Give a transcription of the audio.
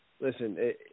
Listen